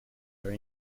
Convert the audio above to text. her